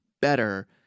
better